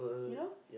you know